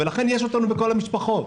ולכן יש אותנו בכל המשפחות.